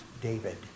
David